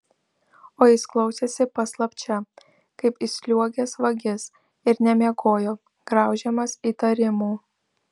o jis klausėsi paslapčia kaip įsliuogęs vagis ir nemiegojo graužiamas įtarimų